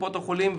לקופות החולים,